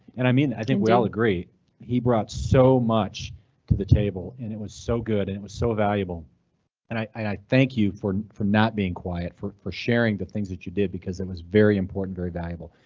and i mean, i think we all agree he brought so much to the table and it was so good and it was so valuable and i thank you for for not being quiet for for sharing the things that you did because it was very important, very valuable,